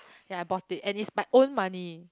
yea I bought it and is my own money